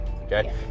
okay